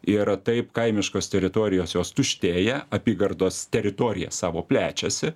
ir taip kaimiškos teritorijos jos tuštėja apygardos teritoriją savo plečiasi